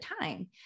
time